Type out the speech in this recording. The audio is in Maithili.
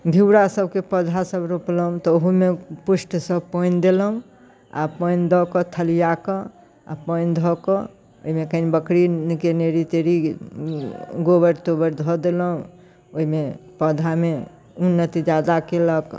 घेउरासबके पौधासब रोपलहुँ तऽ ओहूमे पुष्टसँ पानि देलहुँ आओर पानि दऽ कऽ थलिआकऽ आओर पानि धऽ कऽ ओहिमे एखन बकरीके नेड़ी तेड़ी गोबर तोबर धऽ देलहुँ ओहिमे पौधामे उन्नति ज्यादा केलक